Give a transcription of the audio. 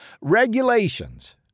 regulations